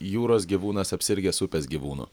jūros gyvūnas apsirgęs upės gyvūnu